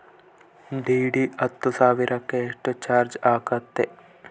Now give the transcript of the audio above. DD ಹತ್ತು ಸಾವಿರಕ್ಕೆ ಎಷ್ಟು ಚಾಜ್೯ ಆಗತ್ತೆ?